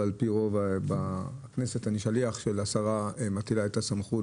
-- ועל פי רוב בכנסת אני שליח של השרה שמטילה את הסמכות